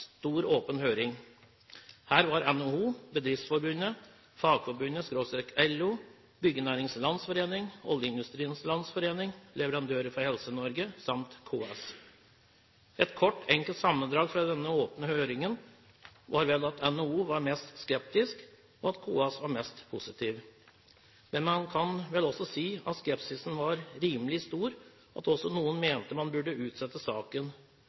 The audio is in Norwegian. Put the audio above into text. stor åpen høring. Her var NHO, Bedriftsforbundet, Fagforbundet/LO, Byggenæringens Landsforening, Oljeindustriens Landsforening, leverandører for Helse-Norge samt KS. Et kort, enkelt sammendrag fra denne åpne høringen var vel at NHO var mest skeptisk, og at KS var mest positiv. Men man kan vel også si at skepsisen var rimelig stor, og at også noen mente man burde utsette saken